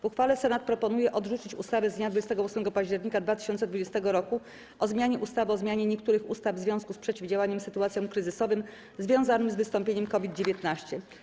W uchwale Senat proponuje odrzucić ustawę z dnia 28 października 2020 r. o zmianie ustawy o zmianie niektórych ustaw w związku z przeciwdziałaniem sytuacjom kryzysowym związanym z wystąpieniem COVID-19.